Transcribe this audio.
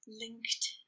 linked